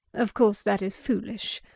of course that is foolish.